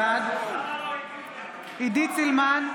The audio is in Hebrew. בעד עידית סילמן,